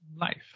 Life